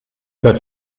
hört